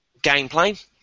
gameplay